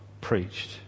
preached